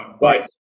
bye